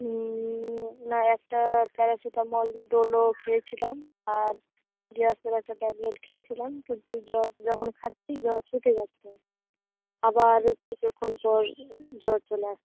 হুম না একটা প্যারাসিটামল ডোলো খেয়েছিলাম আর গ্যাসের একটা ট্যাবলেট খেয়েছিলাম কিন্তু জ্বর যখন খাচ্ছি জ্বর ছুটে যাচ্ছে আবার হচ্ছে যখন জ্বর জ্বর চলে আসসে